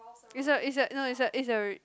it's a it's a no it's a it's a